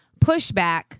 pushback